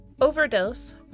overdose